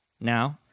now